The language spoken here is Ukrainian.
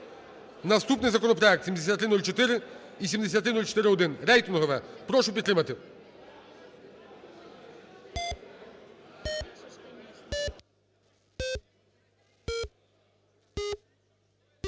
Наступний законопроект 7304 і 7304-1 - рейтингове, прошу підтримати